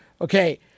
Okay